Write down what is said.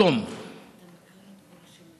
(אומר בערבית: קיפוח,)